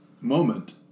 moment